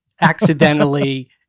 accidentally